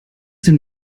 den